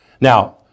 Now